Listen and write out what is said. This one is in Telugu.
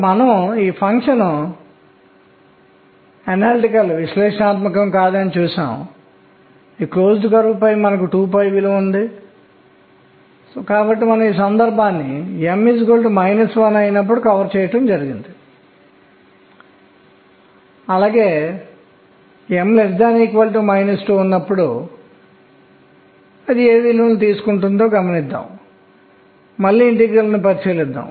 మరియు స్పెక్ట్రోస్కోపీ అయస్కాంత క్షేత్రంలో స్థాయిల విభజనకు మరో సూక్ష్మమైన అంశం ఉంది దానిని నేను ఒక నిమిషం తర్వాత వివరిస్తాను